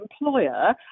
employer